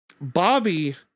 Bobby